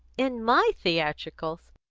in my theatricals?